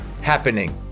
happening